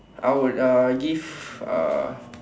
I would uh give uh